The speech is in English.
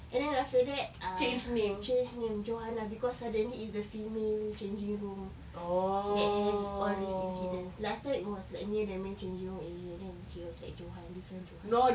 and then after that ah change name johanna because suddenly it's the female changing room that has all these incidents last time it was like near the men changing room area then she was like johan this one johan